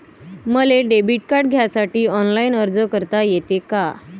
मले debit card घ्यासाठी online अर्ज करता येते का?